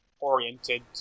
oriented